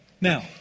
Now